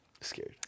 Scared